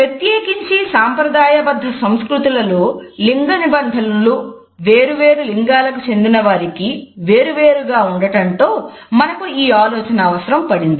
ప్రత్యేకించి సాంప్రదాయబద్ధ సంస్కృతులలో లింగనిబంధనలు వేరు వేరు లింగాలకు చెందినవారికి వేరువేరుగా ఉండటంతో మనకు ఈ ఆలోచన అవసరం పడింది